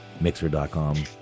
Mixer.com